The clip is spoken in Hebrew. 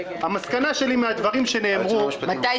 המסקנה שלי מהדברים שנאמרו --- מתי